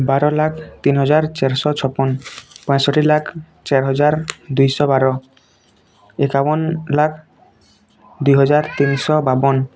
ବାର ଲାଖ୍ ତିନ୍ ହଜାର୍ ଚାଏର୍ଶ ଛପନ୍ ପଇଁଷଠି ଲାଖ୍ ଚାଏର୍ ହଜାର୍ ଦୁଇଶ ବାର ଏକାବନ୍ ଲାଖ୍ ଦୁଇହଜାର ତିନ୍ଶ ବାବନ୍